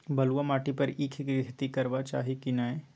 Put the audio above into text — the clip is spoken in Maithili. बलुआ माटी पर ईख के खेती करबा चाही की नय?